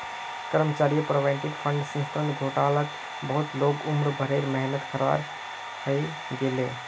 कर्मचारी provident fund संस्थार घोटालात बहुत लोगक उम्र भरेर मेहनत ख़राब हइ गेले